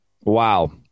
Wow